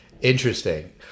Interesting